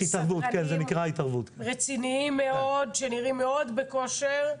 סדרנים רציניים מאוד שנראים מאוד בכושר,